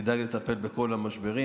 שהיא תדאג לטפל בכל המשברים.